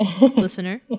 listener